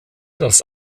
das